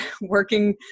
working